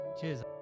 Cheers